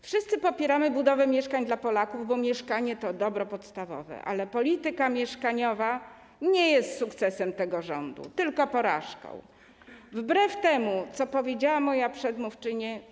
Wszyscy popieramy budowę mieszkań dla Polaków, bo mieszkanie to dobro podstawowe, ale polityka mieszkaniowa jest nie sukcesem tego rządu, tylko porażką, wbrew temu, co powiedziała moja przedmówczyni.